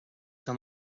que